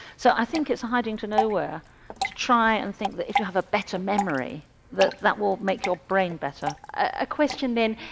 so i think it's a hiding to nowhere to try and think that if you have a better memory that that will make your brain better. a question then,